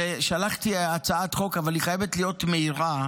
ושלחתי הצעת החוק, אבל היא חייבת להיות מהירה,